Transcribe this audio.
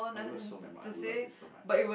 it was so memorable I loved it so much